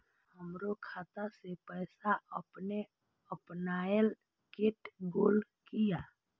हमरो खाता से पैसा अपने अपनायल केट गेल किया?